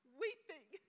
weeping